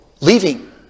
leaving